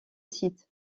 site